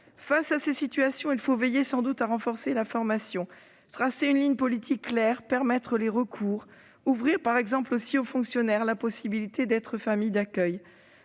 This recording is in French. Face à ces situations, il faut veiller à renforcer la formation, tracer une ligne politique claire, permettre les recours, ouvrir aux fonctionnaires la possibilité d'être familles d'accueil.